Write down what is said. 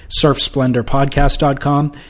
surfsplendorpodcast.com